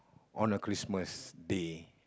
on a Christmas day